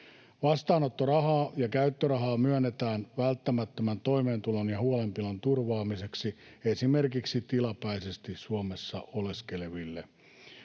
Vastaanottorahaa ja käyttörahaa myönnetään välttämättömän toimeentulon ja huolenpidon turvaamiseksi esimerkiksi tilapäisesti Suomessa oleskeleville.